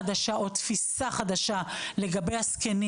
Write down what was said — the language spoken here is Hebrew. שצריך לטפל בזקנים